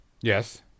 Yes